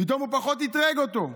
פתאום הוא פחות אתרג אותו,